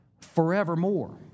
forevermore